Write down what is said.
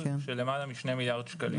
של למעלה מ-2 מיליארד שקלים.